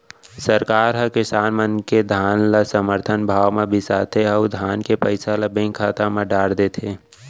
सरकार हर किसान मन के धान ल समरथन भाव म बिसाथे अउ धान के पइसा ल बेंक खाता म डार देथे